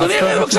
בדיוק.